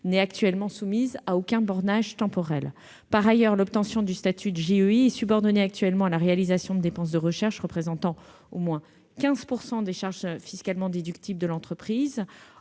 n'est actuellement soumise à aucun bornage temporel. Par ailleurs, l'obtention du statut de JEI est actuellement subordonnée à la réalisation de dépenses de recherche représentant au moins 15 % des charges fiscalement déductibles de l'entreprise.